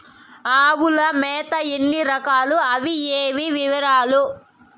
ఆవుల మేత ఎన్ని రకాలు? అవి ఏవి? వివరాలు?